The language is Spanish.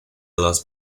los